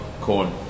corn